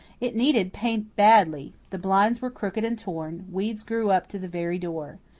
it needed paint badly the blinds were crooked and torn weeds grew up to the very door.